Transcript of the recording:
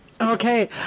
Okay